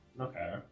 okay